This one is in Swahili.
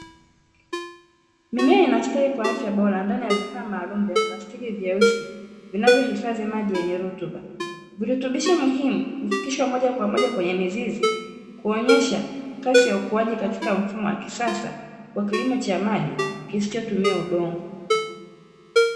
Mimea inastawi kwa afya bora ndani ya vifaa maalumu vya plastiki vyeusi vinavyohifadhi maji yenye rutuba. Virutubishi muhimu hufikishwa moja kwa moja kwenye mizizi, kuonyesha kasi ya ukuaji katika mfumo wa kisasa, wa kilimo cha maji kisichotumia udongo.